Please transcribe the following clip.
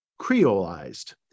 creolized